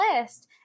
list